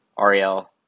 Ariel